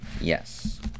Yes